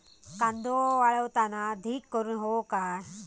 कांदो वाळवताना ढीग करून हवो काय?